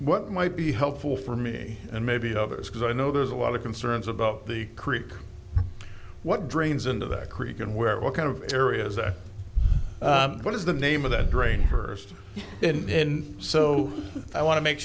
what might be helpful for me and maybe others because i know there's a lot of concerns about the creek what drains into that creek and where what kind of area is that what is the name of that drain hurst in so i want to make